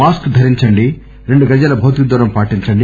mask ధరించండి రెండు గజాల భౌతిక దూరం పాటించండి